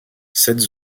cette